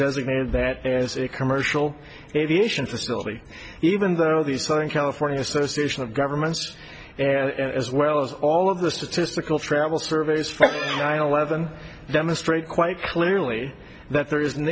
designated that as a commercial aviation facility even though these things california association of governments and as well as all of the statistical travel surveys from nine eleven demonstrate quite clearly that there is